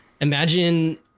imagine